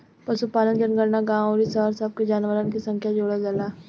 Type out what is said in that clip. पशुपालन जनगणना गांव अउरी शहर सब के जानवरन के संख्या जोड़ल जाला